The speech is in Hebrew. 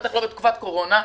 בטח לא בתקופת קורונה.